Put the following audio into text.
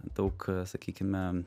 daug sakykime